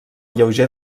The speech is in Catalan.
lleuger